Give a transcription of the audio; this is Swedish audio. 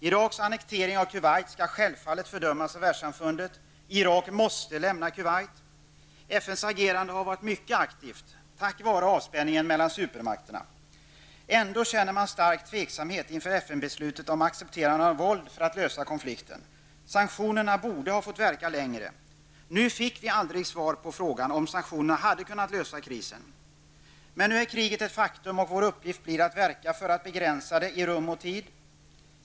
Iraks annektering av Kuwait skall självfallet fördömas av Världssamfundet. Irak måste lämna Kuwait. FN har kunnat agera mycket aktivt tack vare anspänningen mellan supermakterna. Ändå känner man starkt tvivel inför FN-beslutet om ett accepterande av våld för att lösa konflikten. Sanktionerna borde ha fått verka längre. Nu fick vi aldrig svar på frågan om huruvida sanktionerna hade kunnat vara en lösning på krisen. Men nu är kriget ett faktum, och vår uppgift blir att verka för en begränsning av kriget i tid och rum.